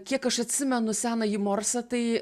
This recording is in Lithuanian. kiek aš atsimenu senąjį morsą tai